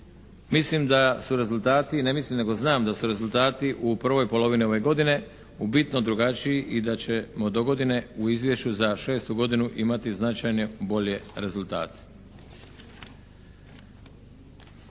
Mislim da su rezultati, ne mislim nego znam da su rezultati u prvoj polovini ove godine u bitno drugačiji i da ćemo do godine u izvješću za šestu godinu imati značajne bolje rezultate.